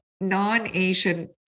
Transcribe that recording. non-Asian